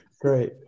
Great